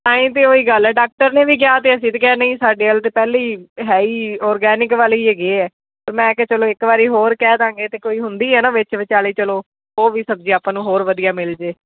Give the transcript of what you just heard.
ਐਂਏਂ ਤਾਂ ਉਹੀ ਗੱਲ ਹੈ ਡਾਕਟਰ ਨੇ ਵੀ ਕਿਹਾ ਅਤੇ ਅਸੀਂ ਤੇ ਕਿਹਾ ਨਹੀਂ ਸਾਡੇ ਵੱਲ ਤਾਂ ਪਹਿਲੇ ਹੀ ਹੈ ਹੀ ਔਰਗੈਨਿਕ ਵਾਲੇ ਹੀ ਹੈਗੇ ਹੈ ਪਰ ਮੈਂ ਕਿਹਾ ਚਲੋ ਇੱਕ ਵਾਰੀ ਹੋਰ ਕਹਿ ਦੇਵਾਂਗੇ ਅਤੇ ਕੋਈ ਹੁੰਦੀ ਹੈ ਨਾ ਵਿੱਚ ਵਿਚਾਲੇ ਚਲੋ ਉਹ ਵੀ ਸਬਜ਼ੀ ਆਪਾਂ ਨੂੰ ਹੋਰ ਵਧੀਆ ਮਿਲਜੇ